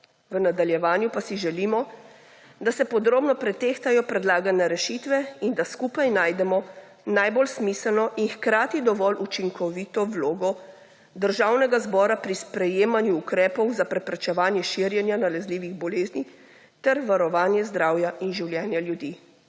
V nadaljevanju pa si želimo, da se podobno pretehtajo predlagane rešitve in da skupaj najdemo najbolj smiselno in hkrati dovolj učinkovito vlogo Državnega zbora pri sprejemanju ukrepov za preprečevanje širjenja nalezljivih bolezni ter varovanje zdravja in življenja ljudi.